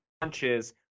punches